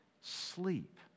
sleep